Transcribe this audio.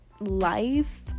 life